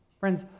Friends